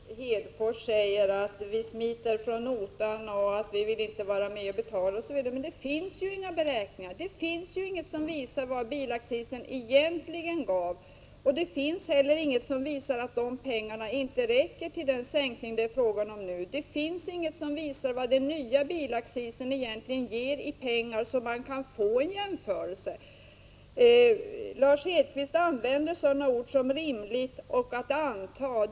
Herr talman! Det är ganska intressant att höra Lars Hedfors säga att vi smiter från notan, att vi inte vill vara med och betala osv. Men det finns ju inga beräkningar! Det finns ju ingenting som visar vad bilaccisen egentligen gav. Det finns heller ingenting som visar att de pengarna inte räcker till den sänkning som det är frågan om nu. Det finns inget som visar vad den nya bilaccisen egentligen ger i pengar, så att man kan få en jämförelse. Lars Hedfors använder sådana ord som ”rimligt” och ”att anta”.